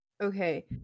Okay